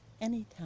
anytime